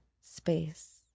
space